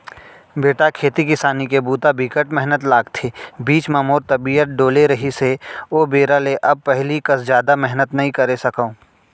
बेटा खेती किसानी के बूता बिकट मेहनत लागथे, बीच म मोर तबियत डोले रहिस हे ओ बेरा ले अब पहिली कस जादा मेहनत नइ करे सकव